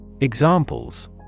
Examples